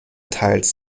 teils